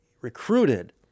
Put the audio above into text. recruited